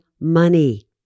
money